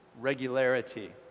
Regularity